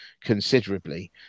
considerably